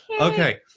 Okay